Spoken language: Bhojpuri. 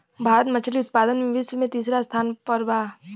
भारत मछली उतपादन में विश्व में तिसरा स्थान पर बा